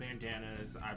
bandanas